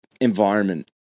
environment